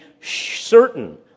certain